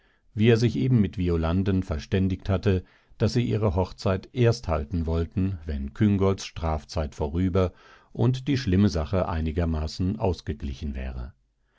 wie er sich eben mit violanden verständigt hatte daß sie ihre hochzeit erst halten wollten wenn küngolts strafzeit vorüber und die schlimme sache einigermaßen ausgeglichen wäre